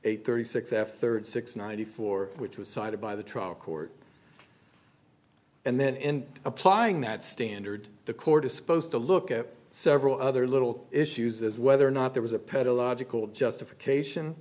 eight thirty six f thirty six ninety four which was cited by the trial court and then in applying that standard the court is supposed to look at several other little issues as whether or not there was a pedal logical justification